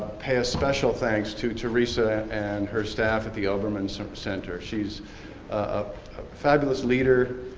pay a special thanks to teresa and her staff at the obermann so center. she's a fabulous leader.